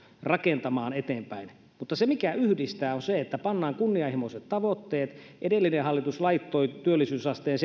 rakentamaan eteenpäin mutta se mikä yhdistää on se että pannaan kunnianhimoiset tavoitteet edellinen hallitus laittoi seitsemäänkymmeneenkahteen työllisyysasteen